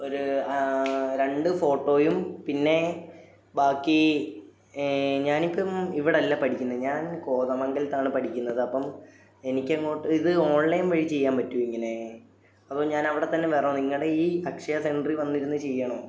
ഒര് രണ്ട് ഫോട്ടോയും പിന്നെ ബാക്കി ഞാനിപ്പം ഇവിടെ അല്ല പഠിക്കുന്നത് ഞാൻ കോതമംഗലത്താണ് പഠിക്കുന്നത് അപ്പം എനിക്കങ്ങോട്ട് ഇത് ഓൺലൈൻ വഴി ചെയ്യാൻ പറ്റുവോ ഇങ്ങനെ അതോ ഞാനവിടെത്തന്നെ വരണോ നിങ്ങളുടെ ഈ അക്ഷയ സെൻ്ററിൽ വന്നിരുന്ന് ചെയ്യണോ